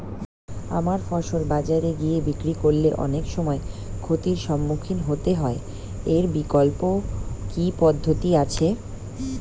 আমার ফসল বাজারে গিয়ে বিক্রি করলে অনেক সময় ক্ষতির সম্মুখীন হতে হয় বিকল্প কি পদ্ধতি আছে?